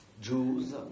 Jews